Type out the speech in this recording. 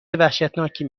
وحشتناکی